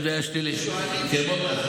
אם זה היה שלילי, שואלים שאלה.